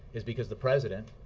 is because the president